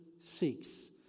seeks